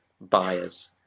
buyers